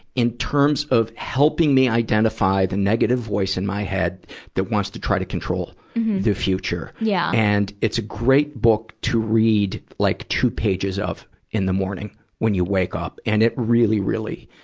in terms of helping me identify the negative voice in my head that wants to try to control the future. yeah. and, it's a great book to read, like two pages of in the morning when you wake up. and it really, really,